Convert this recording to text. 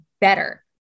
better